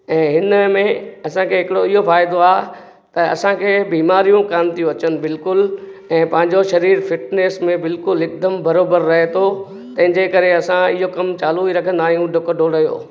ऐं हिन में असांखे हिकिड़ो इहो फ़ाइदो आहे त असांखे बीमारियूं कोन थियूं अचनि बिल्कुलु ऐं पंहिंजो शरीरु फिटनेस में बिल्कुलु हिकदमु बराबरि रहे थो तंहिंजे करे असां इहो कमु चालू ई रखंदा आहियूं डुक डौड़ जो